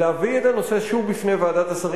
להביא את הנושא שוב בפני ועדת השרים.